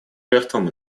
жертвам